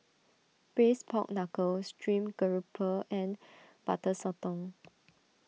Braised Pork Knuckle Stream Grouper and Butter Sotong